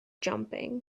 jumping